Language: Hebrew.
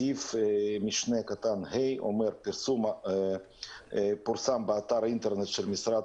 סעיף משנה (ה) אומר: "פרסום באתר האינטרנט של המשרד